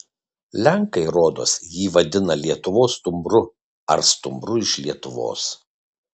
lenkai rodos jį vadina lietuvos stumbru ar stumbru iš lietuvos